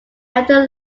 after